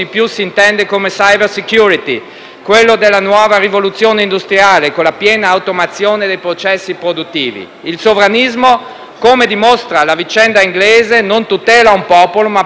quello della nuova rivoluzione industriale, con la piena automazione dei processi produttivi. Il sovranismo, come dimostra la vicenda inglese, non tutela un popolo, ma produce danni per gli uni e per gli altri: